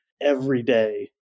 everyday